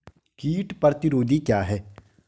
कीट प्रतिरोधी क्या है?